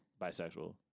bisexual